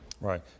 Right